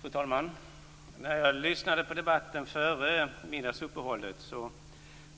Fru talman! När jag lyssnade på debatten före middagsuppehållet